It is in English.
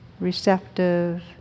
receptive